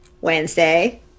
Wednesday